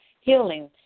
healing